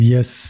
Yes